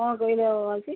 କ'ଣ କହିଲ ମାଉସୀ